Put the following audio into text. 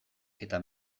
eta